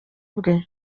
bwe